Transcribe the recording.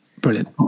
brilliant